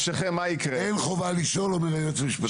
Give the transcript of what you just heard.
אין חובה לשאול, אומר היועץ המשפטי.